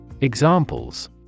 Examples